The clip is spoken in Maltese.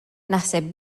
naħseb